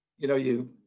you know, you